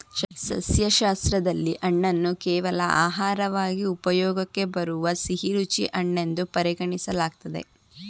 ಸಸ್ಯಶಾಸ್ತ್ರದಲ್ಲಿ ಹಣ್ಣನ್ನು ಕೇವಲ ಆಹಾರವಾಗಿ ಉಪಯೋಗಕ್ಕೆ ಬರುವ ಸಿಹಿರುಚಿ ಹಣ್ಣೆನ್ದು ಪರಿಗಣಿಸಲಾಗ್ತದೆ